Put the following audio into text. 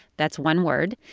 that's one word.